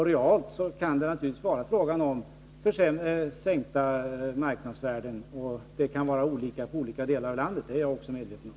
Realt kan det naturligtvis vara fråga om sänkta marknadsvärden. Det kan också vara olika i olika delar av landet — det är jag medveten om.